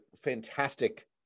fantastic